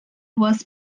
was